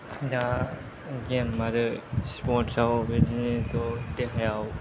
दा गेम आरो स्पर्ट्साव बेबादिनोथ' देहायाव